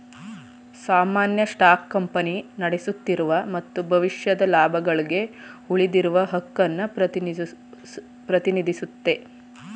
ಸಾಮಾನ್ಯ stock company ನಡೆಯುತ್ತಿರುವ ಮತ್ತು ಭವಿಷ್ಯದ ಲಾಭಗಳ್ಗೆ ಉಳಿದಿರುವ ಹಕ್ಕುನ್ನ ಪ್ರತಿನಿಧಿಸುತ್ತೆ